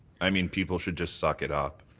i mean people should just suck it up.